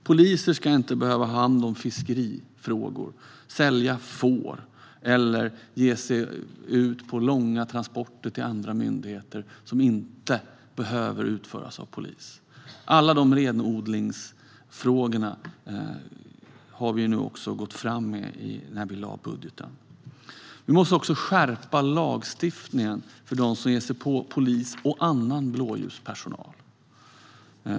Poliser ska inte behöva ha hand om fiskerifrågor, sälja får eller ge sig ut på långa transporter åt andra myndigheter som inte behöver utföras av polis. Alla de renodlingsfrågorna har vi också gått vidare med i budgeten. Vi måste också skärpa lagstiftningen för dem som ger sig på poliser och annan blåljuspersonal.